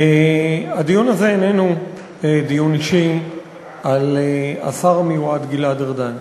הדיון הזה איננו דיון אישי על השר המיועד גלעד ארדן,